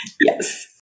Yes